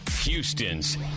Houston's